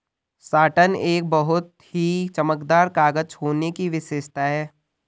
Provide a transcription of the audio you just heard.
satin एक बहुत ही चमकदार कागज होने की विशेषता है